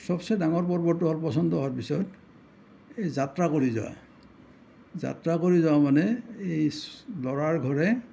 চবচে ডাঙৰ পৰ্বটো হ'ল পচন্দ হোৱাৰ পিছত এই যাত্ৰা কৰি যাৱা যাত্ৰা কৰি যোৱা মানে এই ল'ৰাৰ ঘৰে